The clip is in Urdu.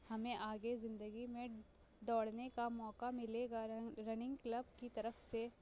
ہمیں آگے زندگی میں دوڑنے کا موقع ملے گان رننگ کلب کی طرف سے